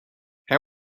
how